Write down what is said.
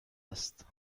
است